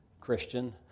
Christian